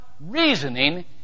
reasoning